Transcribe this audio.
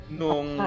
nung